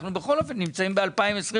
אנחנו בכל אופן נמצאים ב-2023.